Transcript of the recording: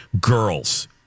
Girls